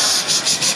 ששש.